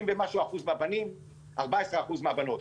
30% ומשהו מהבנים, 14% מהבנות.